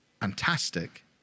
fantastic